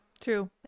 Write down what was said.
True